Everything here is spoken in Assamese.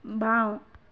বাওঁ